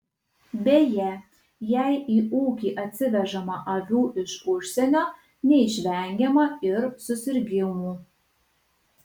beje jei į ūkį atsivežama avių iš užsienio neišvengiama ir susirgimų